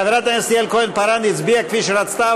חברת הכנסת יעל כהן-פארן הצביעה כפי שרצתה,